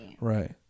Right